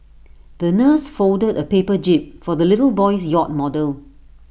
the nurse folded A paper jib for the little boy's yacht model